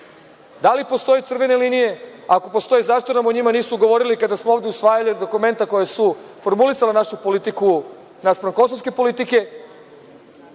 da li postoje crvene linije, ako postoje, zašto nam o njima nisu govorili kada smo ovde usvajali dokumenta koja su formulisala našu politiku naspram kosovske politike? Neka